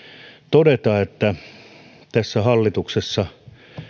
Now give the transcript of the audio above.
todeta että tässä hallituksessa